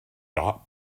dot